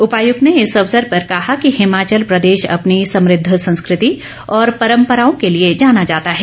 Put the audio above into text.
उपायुक्त ने इस अवसर पर कहा कि हिमाचल प्रदेश अपनी समृद्ध संस्कृति और परम्पराओं के लिए जाना जाता है